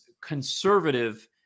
conservative